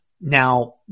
Now